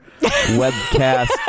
Webcast